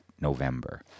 November